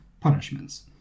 punishments